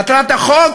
מטרת החוק